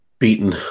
Beaten